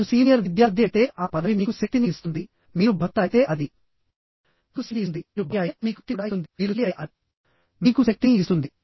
మీరు సీనియర్ విద్యార్థి అయితే ఆ పదవి మీకు శక్తిని ఇస్తుంది మీరు భర్త అయితే అది మీకు శక్తిని ఇస్తుంది మీరు భార్య అయితే అది మీకు శక్తిని కూడా ఇస్తుంది మీరు తల్లి అయితే అది మీకు శక్తిని ఇస్తుంది